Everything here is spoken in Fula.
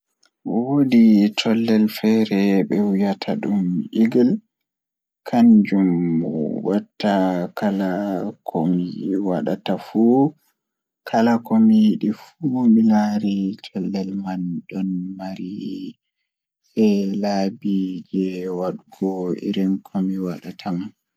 Woodi chollen feere ɓe wiyata ɗum eagle Naange ɗum tan ko fiyoore am. Naange ko mooftol ngam o waawi heɓugol laawol e jam e neɗɗo. Kadi ɗum waawi darii goɗɗum tawi aawde, so miɗo waɗi huunde.